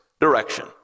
direction